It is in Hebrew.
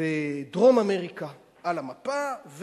ואת דרום-אמריקה על המפה.